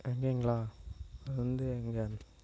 எங்கேங்களா வந்து எங்கே